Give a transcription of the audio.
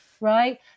right